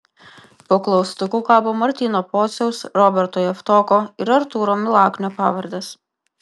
po klaustuku kabo martyno pociaus roberto javtoko ir artūro milaknio pavardės